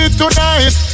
tonight